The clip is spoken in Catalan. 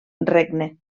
regne